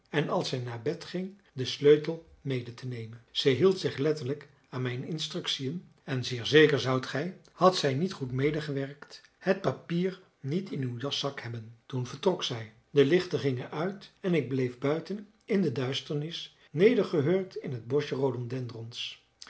en als zij naar bed ging den sleutel mede te nemen zij hield zich letterlijk aan mijn instructiën en zeer zeker zoudt gij had zij niet goed medegewerkt het papier niet in uw jaszak hebben toen vertrok zij de lichten gingen uit en ik bleef buiten in de duisternis nedergehurkt in het boschje rhododendrons